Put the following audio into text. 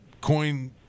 coin